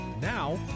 Now